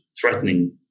threatening